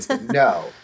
No